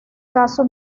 caso